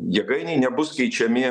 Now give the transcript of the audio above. jėgainei nebus keičiami